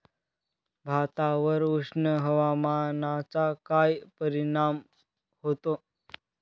भातावर उष्ण हवामानाचा काय परिणाम होतो?